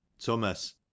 Thomas